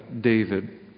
David